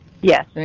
Yes